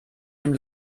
dem